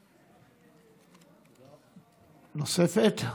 שאלה נוספת,